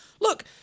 look –